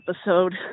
episode